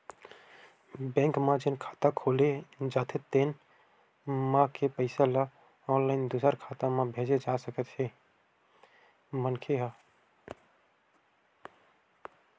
bank म जेन खाता खोले जाथे तेन म के पइसा ल ऑनलाईन दूसर खाता म भेजे जा सकथे मनखे ह